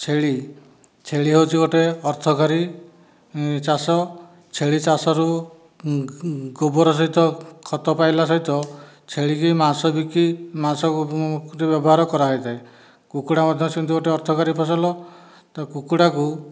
ଛେଳି ଛେଳି ହେଉଛି ଗୋଟିଏ ଅର୍ଥକାରୀ ଚାଷ ଛେଳି ଚାଷରୁ ଗୋବର ସହିତ ଖତ ପାଇଲା ସହିତ ଛେଳିକି ମାଂସ ବିକି ମାଂସ ବ୍ୟବହାର କରାଯାଇଥାଏ କୁକୁଡ଼ା ମଧ୍ୟ ସେମିତି ଗୋଟିଏ ଅର୍ଥକାରୀ ଫସଲ ତ କୁକୁଡ଼ାକୁ